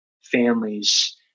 families